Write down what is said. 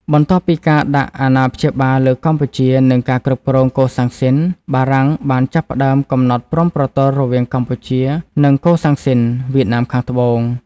បន្ទាប់ពីការដាក់អាណាព្យាបាលលើកម្ពុជា និងការគ្រប់គ្រងកូសាំងស៊ីន បារាំងបានចាប់ផ្តើមកំណត់ព្រំប្រទល់រវាងកម្ពុជា និងកូសាំងស៊ីន វៀតណាមខាងត្បូង។